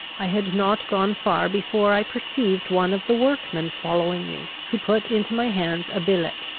i had not gone far before i perceived one of the workmen following me, who put into my hands a billet.